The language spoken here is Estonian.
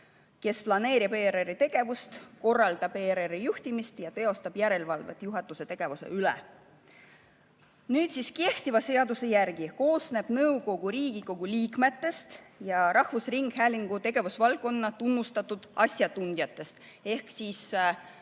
See planeerib ERR‑i tegevust, korraldab ERR‑i juhtimist ja teostab järelevalvet juhatuse tegevuse üle. Kehtiva seaduse järgi koosneb nõukogu Riigikogu liikmetest ja rahvusringhäälingu tegevusvaldkonna tunnustatud asjatundjatest ehk tavalises